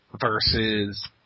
versus